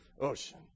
Ocean